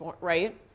right